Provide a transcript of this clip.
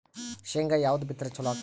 ಶೇಂಗಾ ಯಾವದ್ ಬಿತ್ತಿದರ ಚಲೋ ಆಗತದ?